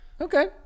Okay